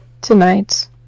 tonight